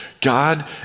God